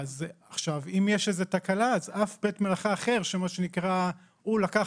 אלא אם יש איזושהי תקלה אף בית מלאכה אחר מה שנקרא: הוא לקח